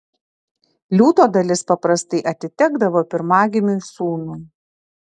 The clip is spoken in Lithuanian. liūto dalis paprastai atitekdavo pirmagimiui sūnui